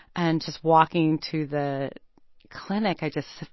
and just walking to the clinic, i just,